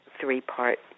three-part